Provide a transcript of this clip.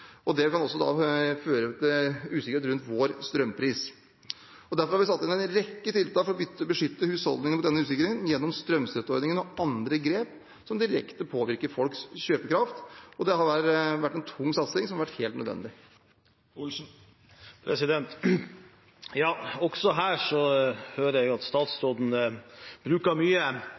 og det kan også føre til usikkerhet rundt vår strømpris. Derfor har vi satt i gang en rekke tiltak for å beskytte husholdningene mot denne usikkerheten, gjennom strømstøtteordningen og andre grep som direkte påvirker folks kjøpekraft. Det har vært en tung satsing som har vært helt nødvendig. Også her hører jeg at statsråden bruker mye